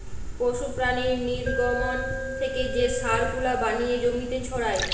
পশু প্রাণীর নির্গমন থেকে যে সার গুলা বানিয়ে জমিতে ছড়ায়